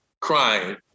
crying